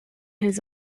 his